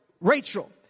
Rachel